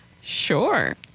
Sure